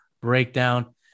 breakdown